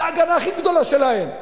זו ההגנה הכי גדולה שלהם.